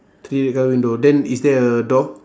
three red colour window then is there a door